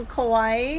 Kauai